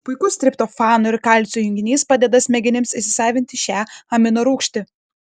puikus triptofano ir kalcio junginys padeda smegenims įsisavinti šią aminorūgštį